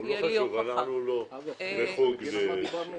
אלמנטים הנזכרים